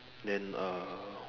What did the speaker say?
then err